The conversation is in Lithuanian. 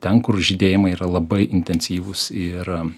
ten kur žydėjimai yra labai intensyvūs ir